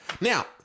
now